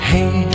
Hey